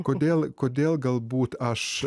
kodėl kodėl galbūt aš